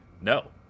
No